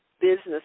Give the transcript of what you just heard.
business